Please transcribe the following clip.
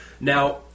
Now